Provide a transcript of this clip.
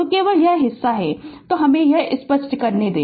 तो केवल यह हिस्सा है तो हमें यह स्पष्ट करने दे